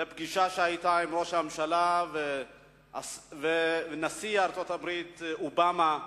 לפגישה בין ראש הממשלה ונשיא ארצות-הברית אובמה.